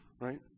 right